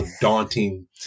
daunting